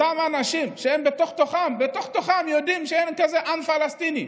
אותם אנשים שהם בתוך-תוכם יודעים שאין כזה דבר "עם פלסטיני".